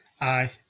Aye